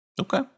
Okay